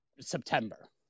September